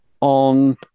on